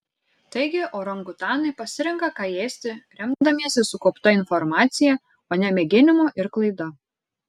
taigi orangutanai pasirenka ką ėsti remdamiesi sukaupta informacija o ne mėginimu ir klaida